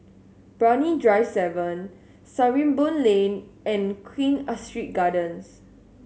Brani Drive Seven Sarimbun Lane and Queen Astrid Gardens